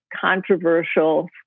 controversial